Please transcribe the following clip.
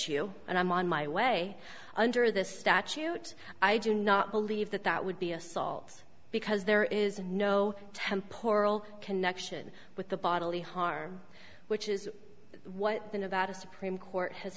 you and i'm on my way under the statute i do not believe that that would be assault because there is no temp oral connection with the bodily harm which is what the nevada supreme court has